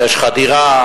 יש לך דירה,